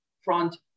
front